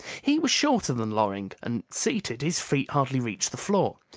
he was shorter than loring and, seated, his feet hardly reached the floor.